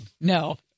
No